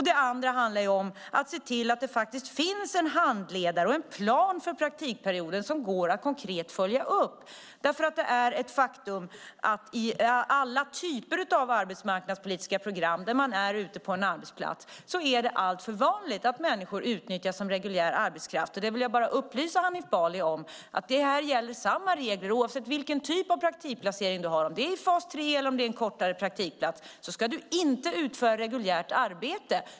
Det andra handlar om att se till att det finns en handledare och en plan för praktikperioden som konkret går att följa upp. Det är nämligen ett faktum att det i alla typer av arbetsmarknadspolitiska program där människor är ute på en arbetsplats är alltför vanligt att människor utnyttjas som reguljär arbetskraft. Jag vill upplysa Hanif Bali om att samma regler gäller oavsett vilken typ av praktikplacering du har, om det är i fas 3 eller om det är en kortare praktikperiod. Du ska inte utföra reguljärt arbete.